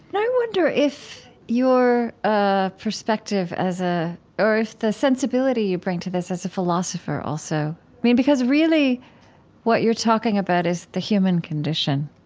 and i wonder if your ah perspective as a or if the sensibility you bring to this as a philosopher also, i mean, because really what you're talking about is the human condition,